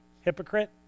hypocrite